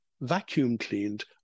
vacuum-cleaned